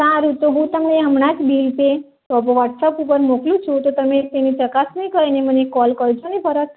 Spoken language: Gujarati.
સારું તો હું તમને હમણાં જ બિલ પે વોટ્સઅપ ઉપર મોકલું છું તો તમે એની ચકાસણી કરીને મને કોલ કરજો ને તરત